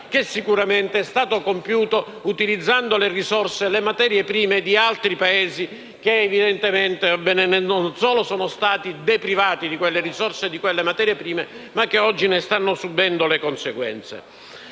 che sicuramente è stato compiuto utilizzando le risorse e le materie prime di altri Paesi che non solo sono stati deprivati di quelle risorse e materie prime, ma che oggi ne stanno subendo le conseguenze.